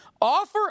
offer